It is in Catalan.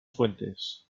fuentes